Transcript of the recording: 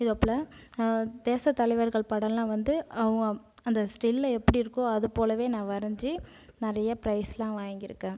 இதை போல் தேச தலைவர்கள் படமெல்லாம் வந்து அந்த ஸ்டிலில் எப்படி இருக்கோ அது போலவே நான் வரைஞ்சு நிறைய ப்ரைஸ்செல்லாம் வாங்கியிருக்கேன்